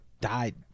died